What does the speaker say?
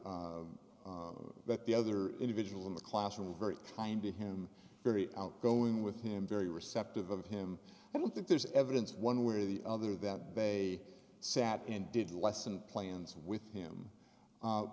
that the other individual in the classroom very kind to him very outgoing with him very receptive of him i don't think there's evidence one way or the other that they sat and did lesson plans with him